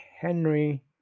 Henry